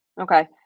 Okay